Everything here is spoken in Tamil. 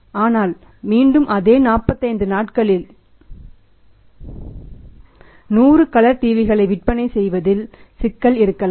ஆனால் மீண்டும் அதே 45 நாட்களில் 100 கலர் டிவிகளை விற்பனை செய்வதில் சிக்கல் இருக்கலாம்